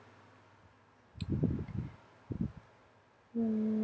um